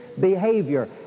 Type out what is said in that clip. behavior